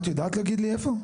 את יודעת להגיד לי איפה?